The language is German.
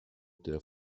der